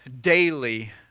daily